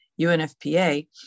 UNFPA